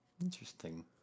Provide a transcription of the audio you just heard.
Interesting